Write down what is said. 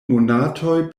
monatoj